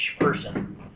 person